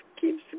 keeps